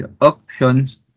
options